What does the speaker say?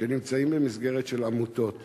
שנמצאים במסגרת של עמותות